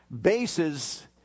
bases